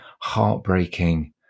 heartbreaking